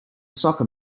soccer